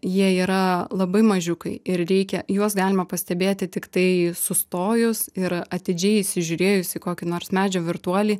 jie yra labai mažiukai ir reikia juos galima pastebėti tiktai sustojus ir atidžiai įsižiūrėjus į kokį nors medžio virtuolį